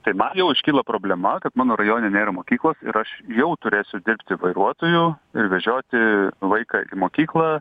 tai man jau iškilo problema kad mano rajone nėra mokyklos ir aš jau turėsiu dirbti vairuotoju ir vežioti vaiką į mokyklą